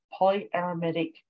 polyaromatic